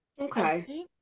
Okay